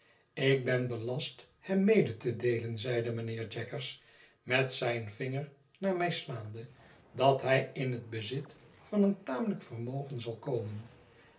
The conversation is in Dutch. ik ben belast hem mede te deelen zeide mijnheer jaggers met zijn vinger naar mij slaande dat hij in het bezit van een tamelijk vermogen zal komen